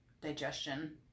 digestion